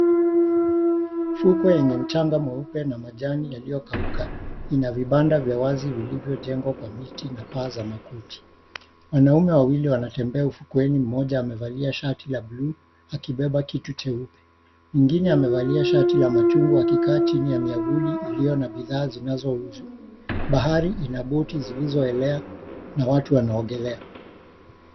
Fukwe yenye mchanga mweupe na majani yaliyokauka, ina vibanda vya wazi vilivyojengwa kwa miti na paa za makuti. Wanaume wawili wanatembea ufukweni. Mmoja amevalia shati la bluu akibeba kitu cheupe, mwingine amevaa shati la machungwa akikaa chini ya miavuli iliyo na bidhaa zinazouzwa. Bahari ina boti zilizoelea na watu wanaogelea.